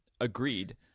agreed